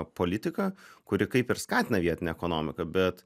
politika kuri kaip ir skatina vietinę ekonomiką bet